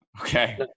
Okay